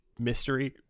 Mystery